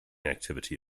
activity